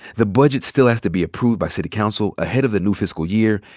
the budget still has to be approved by city council ahead of the new fiscal year,